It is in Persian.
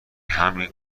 همین